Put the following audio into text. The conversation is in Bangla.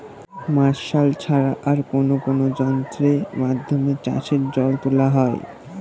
মার্শাল ছাড়া আর কোন কোন যন্ত্রেরর মাধ্যমে চাষের জল তোলা হয়?